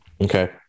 Okay